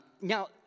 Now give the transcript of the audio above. Now